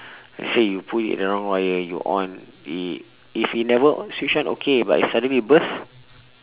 let's say you put it a wrong wire you on i~ if you never switch on okay but it suddenly burst